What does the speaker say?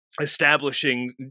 establishing